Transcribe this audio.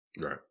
Right